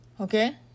Okay